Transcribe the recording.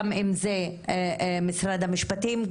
גם אם זה משרד המשפטים,